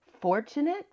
fortunate